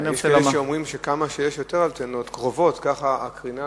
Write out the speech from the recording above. אומרים שכמה שיש יותר אנטנות קרובות ככה הקרינה